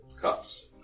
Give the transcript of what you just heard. cups